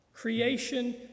Creation